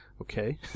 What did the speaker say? okay